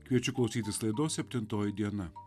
kviečiu klausytis laidos septintoji diena